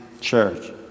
church